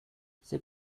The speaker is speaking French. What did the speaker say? c’est